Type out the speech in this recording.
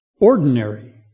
Ordinary